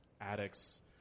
addicts